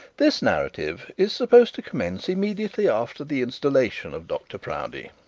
this narrative is supposed to commence immediately after the installation of dr proudie.